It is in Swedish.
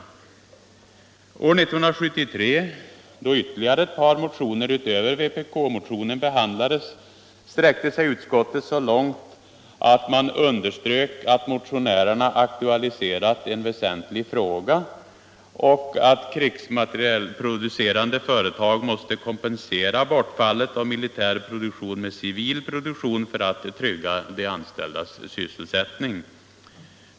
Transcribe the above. År 1973, då ytterligare ett par motioner utöver vpk-motionen behandlades, sträckte sig utskottet så långt att man underströk att motionärerna aktualiserat en väsentlig fråga och att krigsmaterielproducerande företag måste kompensera bortfallet av militär produktion med civil produktion för att trygga de anställdas sysselsättning.